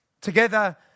together